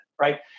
right